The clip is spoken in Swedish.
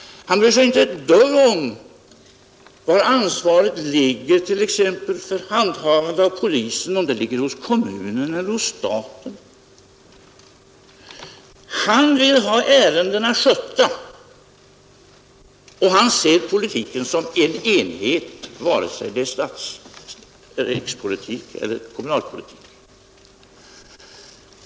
Han bryr sig inte ett dugg om var ansvaret ligger, t.ex. för handhavandet av polisen, om det ligger hos kommunen eller hos staten. Han vill ha ärendena skötta, och han ser politiken som en enhet, antingen det är rikspolitik eller kommunalpolitik.